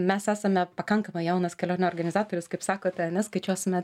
mes esame pakankamai jaunas kelionių organizatorius kaip sakote ane skaičiuosime